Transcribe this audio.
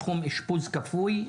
תחום אשפוז כפוי,